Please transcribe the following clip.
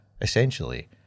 essentially